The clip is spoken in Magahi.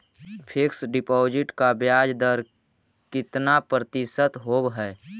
फिक्स डिपॉजिट का ब्याज दर कितना प्रतिशत होब है?